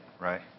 right